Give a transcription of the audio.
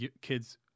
kids